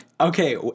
Okay